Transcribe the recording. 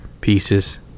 pieces